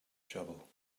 shovel